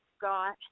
got